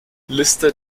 liste